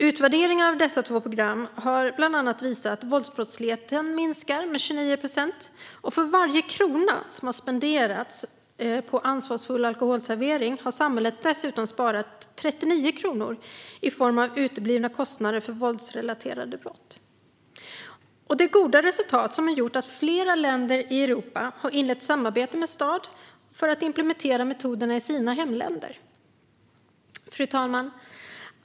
Utvärderingen av dessa båda program har bland annat visat att våldsbrottsligheten minskar med 29 procent, och för varje krona som har spenderats på Ansvarsfull alkoholservering har samhället dessutom sparat 39 kronor i form av uteblivna kostnader för våldsrelaterade brott. Det goda resultatet har gjort att flera länder i Europa har inlett samarbete med Stad för att implementera metoderna i sina hemländer. Fru talman!